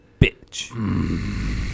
Bitch